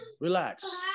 relax